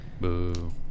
Boo